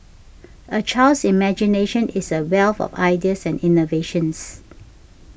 a child's imagination is a wealth of ideas and innovations